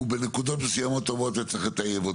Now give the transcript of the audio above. בנקודות מסוימות צריך לטייב.